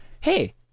hey